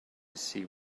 see